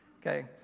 okay